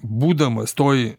būdamas toj